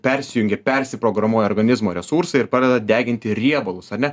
persijungia persiprogramuoja organizmo resursai ir pradeda deginti riebalus ar ne